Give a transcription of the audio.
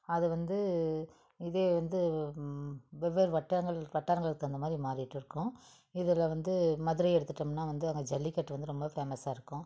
அது வந்து இதே வந்து வெவ்வேறு வட்டங்கள் வட்டாரங்களுக்கு தகுந்தமாதிரி மாறிட்டு இருக்கும் இதில் வந்து மதுரையை எடுத்துகிட்டோம்ன்னா வந்து அங்கே ஜல்லிக்கட்டு வந்து ரொம்ப ஃபேமஸ்ஸாக இருக்கும்